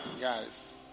guys